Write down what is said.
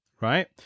right